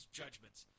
judgments